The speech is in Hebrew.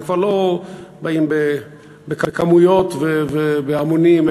הם כבר לא באים בכמויות ובהמונים,